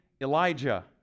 Elijah